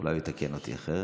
אולי הוא יתקן אותי אם אחרת.